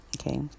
okay